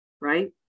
right